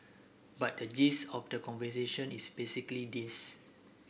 but the gist of the conversation is basically this